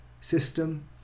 system